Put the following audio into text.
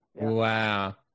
Wow